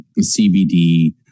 CBD